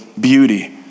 beauty